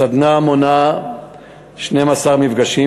הסדנה מונה 12 מפגשים,